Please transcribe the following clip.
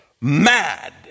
mad